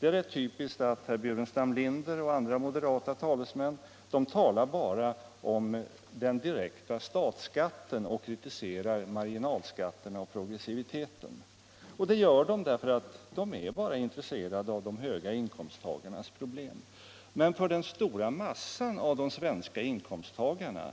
Det är rätt typiskt att herr Burenstam Linder och andra moderater bara talar om den direkta statsskatten och kritiserar marginalskatterna och progressiviteten. Det gör man för att man bara är intresserad av de höga inkomsttagarnas problem. För den stora massan av de svenska inkomsttagarna